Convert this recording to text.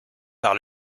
par